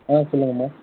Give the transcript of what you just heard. ஆ சொல்லுங்கள்ம்மா